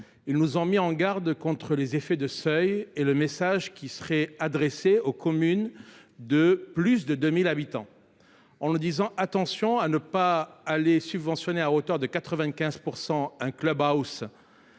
ils nous ont mis en garde contre les effets de seuil et le message qui serait adressé aux communes de plus de 2 000 habitants. Ils nous ont demandé de faire attention à ne pas subventionner à hauteur de 95 % un, aussi